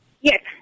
Yes